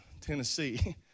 Tennessee